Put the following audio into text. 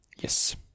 Yes